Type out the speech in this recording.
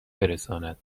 برساند